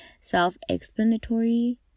self-explanatory